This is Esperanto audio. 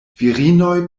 virinoj